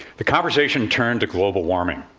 the conversation turned to global warming,